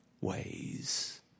ways